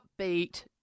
upbeat